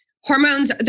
Hormones